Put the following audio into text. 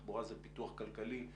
תחבורה זה פיתוח כלכלי,